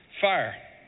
fire